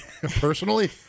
personally